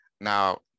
Now